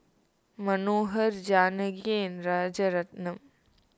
Manohar Janaki and Rajaratnam